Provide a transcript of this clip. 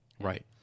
Right